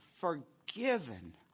forgiven